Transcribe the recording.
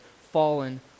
fallen